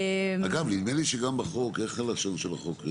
אגב, נדמה לי שגם בחוק, איך הלשון של החוק,